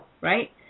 Right